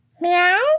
Meow